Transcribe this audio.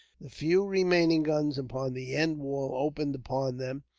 the few remaining guns upon the end wall opened upon them,